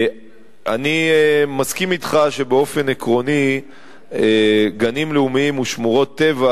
אני מסכים אתך שבאופן עקרוני גנים לאומיים ושמורות טבע